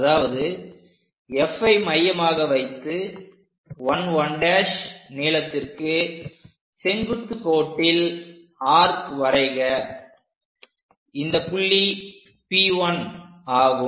அதாவது Fஐ மையமாக வைத்து 1 1 நீளத்திற்கு செங்குத்துக் கோட்டில் ஆர்க் வரைக இந்தப் புள்ளி P 1 ஆகும்